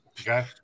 Okay